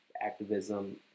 activism